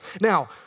Now